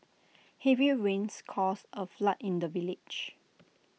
heavy rains caused A flood in the village